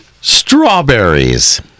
strawberries